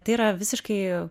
tai yra visiškai